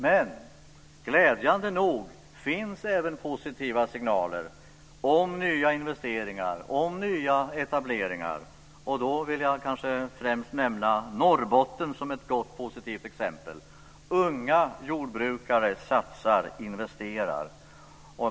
Men glädjande nog finns även positiva signaler om nya investeringar och om nya etableringar. Jag vill kanske främst nämna Norrbotten som ett gott och positivt exempel. Unga jordbrukare satsar och investerar.